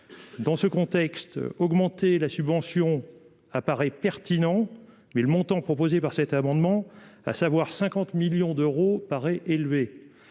dans ce contexte, augmenter la subvention apparaît pertinent, mais le montant proposé par cet amendement, à savoir 50 millions d'euros paraît élevé